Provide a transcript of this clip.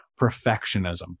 Perfectionism